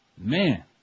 Man